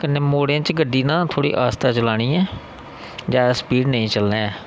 कन्नै मोड़ें च गड्डी ना आस्तै चलानी ऐ ज्यादा स्पीड़ नेईं चलना ऐ